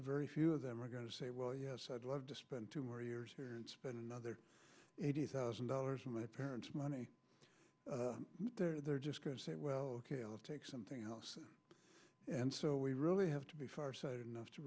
very few of them are going to say well yes i'd love to spend two more years here and spend another eighty thousand dollars on my parents money or they're just going to say well ok i'll take something else and so we really have to be far sighted enough to